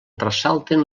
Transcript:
ressalten